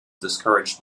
discouraged